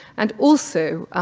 and also,